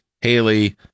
Haley